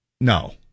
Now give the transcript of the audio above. no